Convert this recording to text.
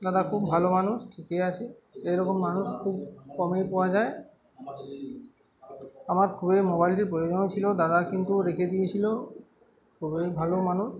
দাদা খুব ভালো মানুষ ঠিকই আসে এরকম মানুষ খুব কমেই পাওয়া যায় আমার খুবই মোবাইলটির প্রয়োজনও ছিলো দাদা কিন্তু রেখে দিয়েছিলো খুবই ভালো মানুষ